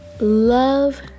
love